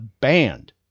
banned